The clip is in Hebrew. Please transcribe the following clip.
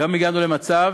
היום הגענו למצב